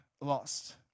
lost